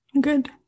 Good